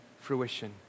fruition